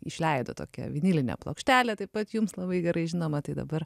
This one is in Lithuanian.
išleido tokią vinilinę plokštelę taip pat jums labai gerai žinoma tai dabar